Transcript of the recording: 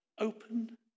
open